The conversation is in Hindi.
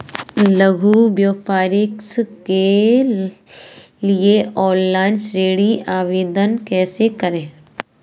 लघु व्यवसाय के लिए ऑनलाइन ऋण आवेदन कैसे करें?